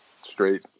straight